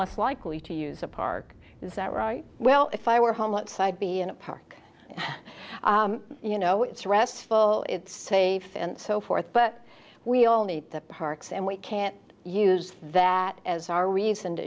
less likely to use a park is that right well if i were homeless i'd be in a park you know it's restful it's safe and so forth but we'll need the parks and we can't use that as our reason to